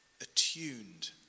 attuned